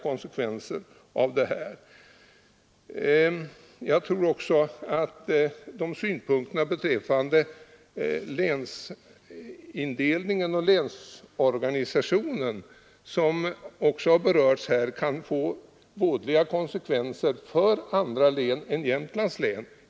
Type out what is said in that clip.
Jag tror också att synpunkterna beträffande länsindelningen och länsorganisationen, vilka också har berörts, kan få vådliga konsekvenser även för andra län.